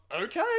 okay